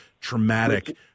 traumatic